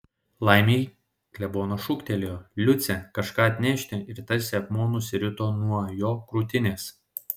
laimei klebonas šūktelėjo liucę kažką atnešti ir tarsi akmuo nusirito nuo jo krūtinės